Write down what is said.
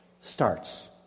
starts